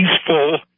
peaceful